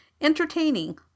entertaining